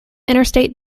interstate